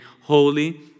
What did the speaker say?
holy